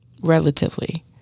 relatively